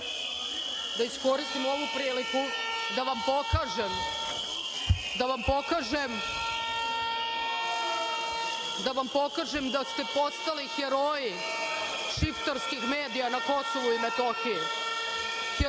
da iskoristim ovu priliku da vam pokažem da ste postali heroji šiptarskih medija na Kosovu i Metohiji,